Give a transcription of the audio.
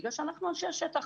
בגלל שאנחנו אנשי השטח.